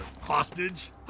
hostage